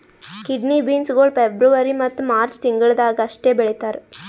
kidney beans ಗೊಳ್ February ಮತ್ತ March ತಿಂಗಿಳದಾಗ್ ಅಷ್ಟೆ ಬೆಳೀತಾರ್